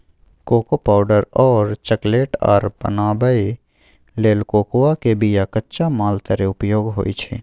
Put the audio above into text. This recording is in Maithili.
कोको पावडर और चकलेट आर बनाबइ लेल कोकोआ के बिया कच्चा माल तरे उपयोग होइ छइ